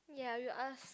ya you ask